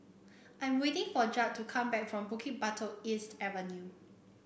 I'm waiting for Judd to come back from Bukit Batok East Avenue